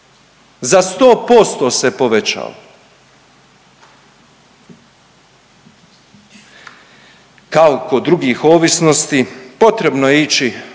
Za 100% se povećao. Kao kod drugih ovisnosti potrebno je ići